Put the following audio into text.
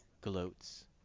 Gloats